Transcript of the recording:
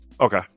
Okay